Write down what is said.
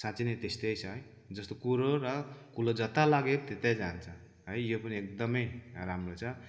साँच्ची नै त्यस्तै छ है जस्तो कुरो र कुलो जता लग्यो त्यतै जान्छ यो पनि एकदमै राम्रो छ